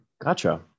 Gotcha